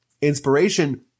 Inspiration